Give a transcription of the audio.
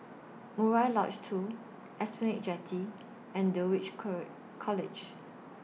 Murai Lodge two Esplanade Jetty and Dulwich College